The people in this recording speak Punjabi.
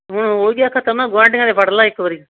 ਹੁਣ ਹੋ ਗਿਆ ਨਾ ਖਤਮ ਗੁਆਢੀਆਂ ਦੇ ਫੜ ਲਾ ਇਕ ਵਾਰ